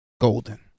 Golden